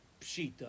...pshita